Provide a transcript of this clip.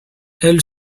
elle